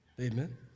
amen